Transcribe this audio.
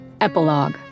Epilogue